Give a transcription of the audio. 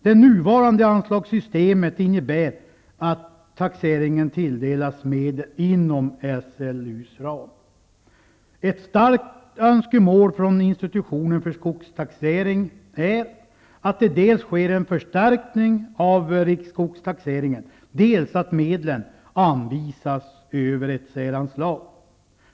Det nuvarande anslagssystemet innebär att taxeringen tilldelas medel inom SLU:s ram. Ett starkt önskemål från institutionen för skogstaxering är dels att det sker en förstärkning av riksskogtaxeringen, dels att medlen anvisas över ett säranslag.